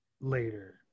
later